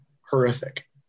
horrific